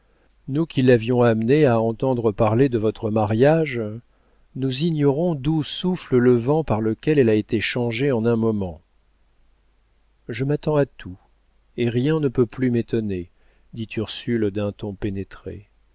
nous qui l'avions amenée à entendre parler de votre mariage nous ignorons d'où souffle le vent par lequel elle a été changée en un moment je m'attends à tout et rien ne peut plus m'étonner dit ursule d'un ton pénétré